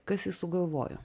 kas jį sugalvojo